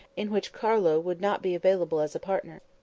in which carlo would not be available as a partner.